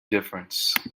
difference